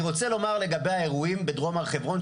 אני רוצה לומר לגבי האירועים בדרום הר חברון,